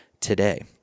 today